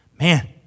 Man